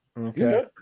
Okay